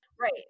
Right